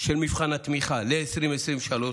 של מבחן התמיכה ל-2023,